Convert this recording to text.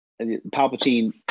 Palpatine